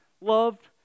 loved